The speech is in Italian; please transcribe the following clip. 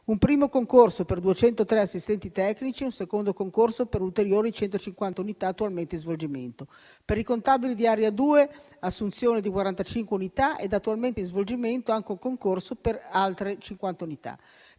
un primo concorso per 203 assistenti tecnici e un secondo concorso per ulteriori 150 unità, attualmente in svolgimento; per i contabili di Area II, assunzione di 45 unità e, attualmente in svolgimento, un concorso per altre 50 unità;